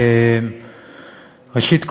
ראשית,